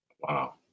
Wow